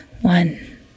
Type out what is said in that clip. one